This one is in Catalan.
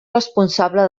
responsable